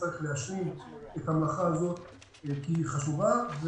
צריך להשלים את המלאכה הזאת כי היא חשובה,